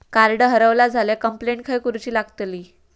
Card हरवला झाल्या complaint खय करूची लागतली?